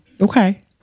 okay